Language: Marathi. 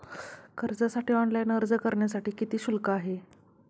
कर्जासाठी ऑनलाइन अर्ज करण्यासाठी किती शुल्क आहे?